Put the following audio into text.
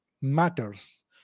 matters